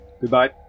Goodbye